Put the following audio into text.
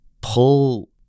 pull